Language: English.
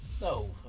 No